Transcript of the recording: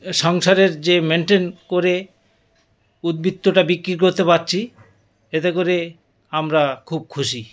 সংসারের যে মেনটেন করে উদবৃত্তটা বিক্রি করতে পারছি এতে করে আমরা খুব খুশি